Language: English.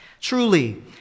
Truly